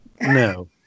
no